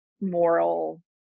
moral